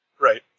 Right